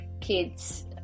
kids